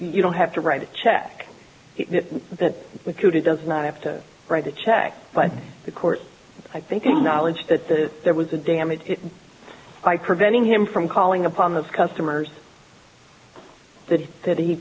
you don't have to write a check that with you does not have to write a check but the court i think knowledge that the there was a damage by preventing him from calling upon those customers that he that he